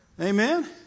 Amen